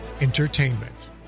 Entertainment